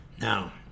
Now